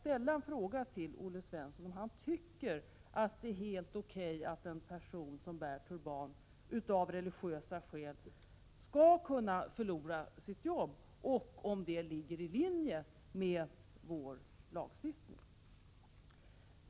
Tycker Olle Svensson att det är helt okej att en person som bär turban av religiösa skäl skall kunna förlora sitt jobb? Ligger det i linje med vår lagstiftning?